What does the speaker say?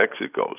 Mexico